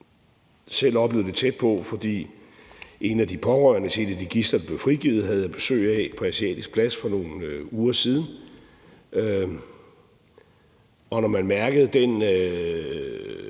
Selv oplevede vi det tæt på, for en af de pårørende til et af de gidsler, der blev frigivet, havde jeg besøg af på Asiatisk Plads for nogle uger siden, og når man mærkede den